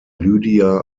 lydia